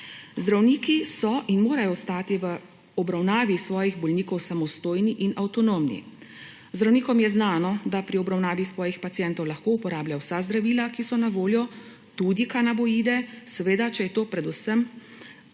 Zdravniki so in morajo ostati v obravnavi svojih bolnikov samostojni in avtonomni. Zdravnikom je znano, da pri obravnavi svojih pacientov lahko uporabljajo vsa zdravila, ki so na voljo, tudi kanabinoide, seveda če je to predvsem